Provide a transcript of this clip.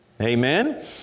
Amen